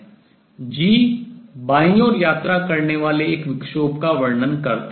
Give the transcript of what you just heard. g बाईं ओर यात्रा करने वाले एक विक्षोभ का वर्णन करता है